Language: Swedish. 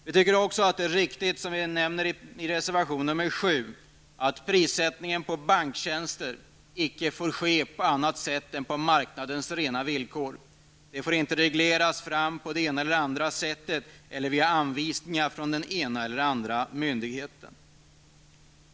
Vi tycker också att det är riktigt, som vi nämner i reservation nr 7, att prissättningen på banktjänster inte får ske på annat sätt än på marknadens rena villkor. Den får inte regleras fram på det ena eller det andra sättet eller genom anvisningar från den ena eller andra myndigheten.